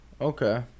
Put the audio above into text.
okay